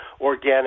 organic